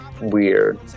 weird